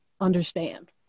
understand